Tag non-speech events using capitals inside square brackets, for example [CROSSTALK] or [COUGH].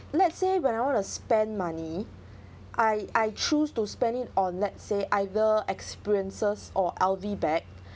let's say when I want to spend money I I choose to spend it on let's say either experiences or L_V bag [BREATH]